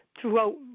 throughout